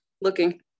Looking